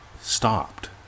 stopped